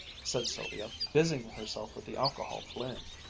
said sylvia, busying herself with the alcohol flame.